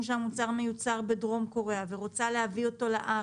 שהמוצר מיוצר בדרום קוריאה ורוצה להביא אותו לארץ,